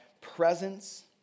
presence